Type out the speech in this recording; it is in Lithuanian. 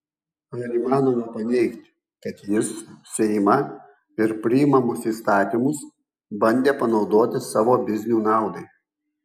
ar įmanoma paneigti kad jis seimą ir priimamus įstatymus bandė panaudoti savo biznių naudai